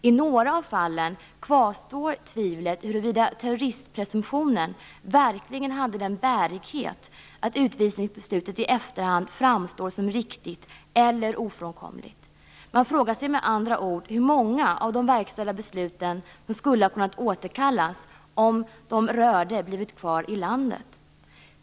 I några av fallen kvarstår tvivlet huruvida terroristpresumtionen verkligen hade den bärighet att utvisningsbeslutet i efterhand framstår som riktigt eller ofrånkomligt. Man frågar sig med andra ord hur många av de verkställda besluten som skulle ha kunnat återkallas om de som besluten rörde blivit kvar i landet.